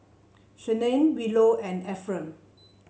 Shanae Willow and Efren